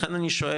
לכן אני שואל